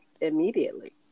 immediately